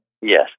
Yes